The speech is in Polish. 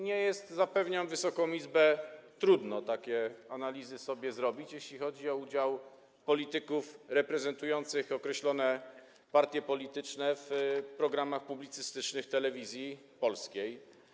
Nie jest, zapewniam Wysoką Izbę, trudno takie analizy zrobić, jeśli chodzi o udział polityków reprezentujących określone partie polityczne w programach publicystycznych Telewizji Polskiej.